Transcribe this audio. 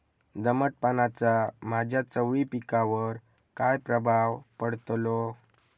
दमटपणाचा माझ्या चवळी पिकावर काय प्रभाव पडतलो?